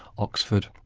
oxford,